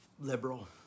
liberal